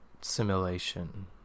simulation